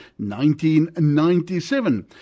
1997